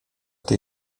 tej